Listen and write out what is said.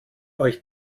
euch